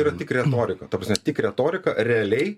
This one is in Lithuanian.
yra tik retorika ta prasme tik retorika realiai